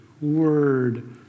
Word